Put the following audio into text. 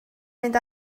mynd